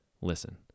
Listen